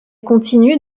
continue